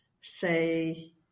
say